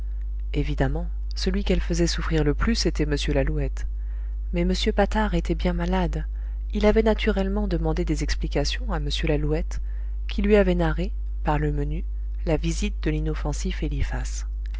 évidemment celui qu'elle faisait souffrir le plus était m lalouette mais m patard était bien malade il avait naturellement demandé des explications à m lalouette qui lui avait narré par le menu la visite de